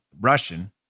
Russian